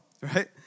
right